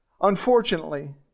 Unfortunately